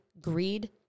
greed